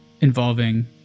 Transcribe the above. involving